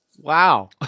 Wow